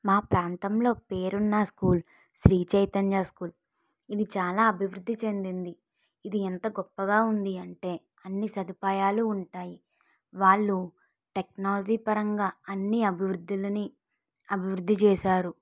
మా ప్రాంతంలో పేరున్న స్కూల్ శ్రీ చైతన్య స్కూల్ ఇది చాలా అభివృద్ధి చెందింది ఇది ఎంత గొప్పగా ఉంది అంటే అన్నీ సదుపాయాలు ఉంటాయి వాళ్ళు టెక్నాలజీ పరంగా అన్నీ అభివృద్ధిని అభివృద్ధి చేసారు